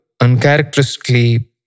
uncharacteristically